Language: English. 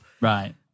Right